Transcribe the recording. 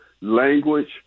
language